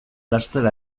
laster